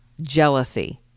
Jealousy